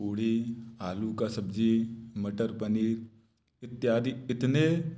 पूड़ी आलू का सब्जी मटर पनीर इत्यादि इतने